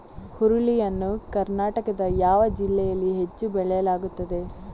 ಹುರುಳಿ ಯನ್ನು ಕರ್ನಾಟಕದ ಯಾವ ಜಿಲ್ಲೆಯಲ್ಲಿ ಹೆಚ್ಚು ಬೆಳೆಯಲಾಗುತ್ತದೆ?